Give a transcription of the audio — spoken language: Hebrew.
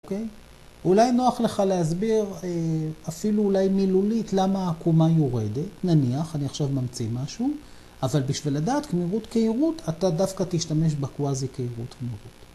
אוקיי, אולי נוח לך להסביר, אפילו אולי מילולית, למה העקומה יורדת. נניח, אני עכשיו ממציא משהו, אבל בשביל לדעת קמירות קעירות אתה דווקא תשתמש בקוואזי קעירות קמירות.